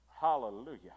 hallelujah